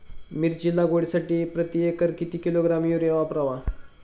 मिरची लागवडीसाठी प्रति एकर किती किलोग्रॅम युरिया वापरावा?